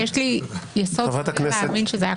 יש לי יסוד להאמין שזה היה קודם.